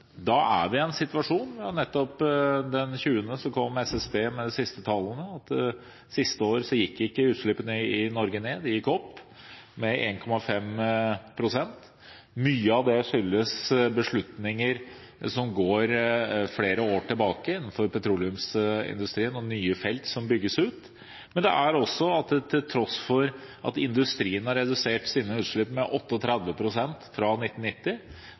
situasjon der SSB den 20. mai kom med de siste tallene for klimagassutslipp, som viste at siste år gikk ikke utslippene i Norge ned, de gikk opp med 1,5 pst. Mye av dette skyldes beslutninger som går flere år tilbake – innenfor petroleumsindustrien og nye felt som bygges ut. Til tross for at industrien har redusert sine utslipp med 38 pst. fra 1990,